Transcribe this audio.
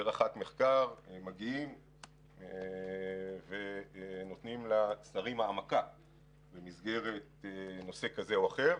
ורח"ט מחקר מגיעים ונותנים לשרים העמקה נושא כזה או אחר.